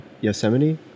Yosemite